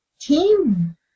Team